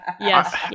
Yes